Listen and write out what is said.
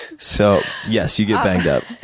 so, yes. you get banged up.